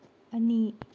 ꯑꯅꯤ